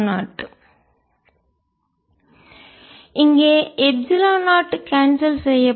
σR ddzr R4π ln Rr r≥R 0 r≤R r R r2R2 2rRcosϕ z z2 dϕdzr2R2 2rRcosϕ z z2 இங்கே epsilon 0 cancel செய்யப்படும்